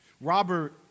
Robert